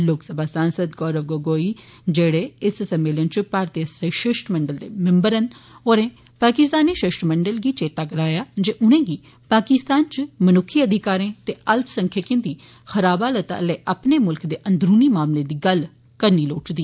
लोकसभा सांसद गोरव गगोई जेड़े इस सम्मेलन च भारतीय शिष्टमंडल दे मिम्बर हे होरें पाकिस्तानी शिष्टमंडल गी चेता कराया जे उनेंगी पाकिस्तान च मनुक्खी अधिकारें ते अल्पसंख्यकें दी खराब हालत आह्ले अपने मुल्ख दे अंदरूनी मसलें दी गल्ल करनी लोड़चदी